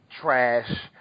trash